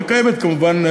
וקיימת כמובן,